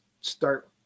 start